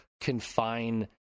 confine